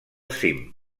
cim